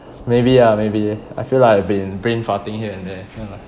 maybe ah maybe I feel like I've been brain farting here and there ya